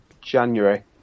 January